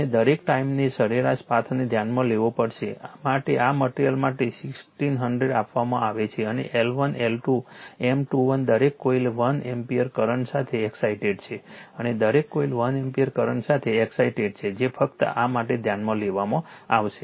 અને દરેક ટાઈમે સરેરાશ પાથને ધ્યાનમાં લેવો પડશે માટે આ મટીરીઅલ માટે 1600 આપવામાં આવે છે અને L1 L2 M21 દરેક કોઇલ 1 એમ્પીયર કરંટ સાથે એક્સાઇટેડ છે અને દરેક કોઇલ 1 એમ્પર કરંટ સાથે એક્સાઇટેડ છે જે ફક્ત આ માટે ધ્યાનમાં લેવામાં આવશે